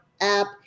app